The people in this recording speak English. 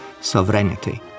sovereignty